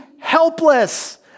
helpless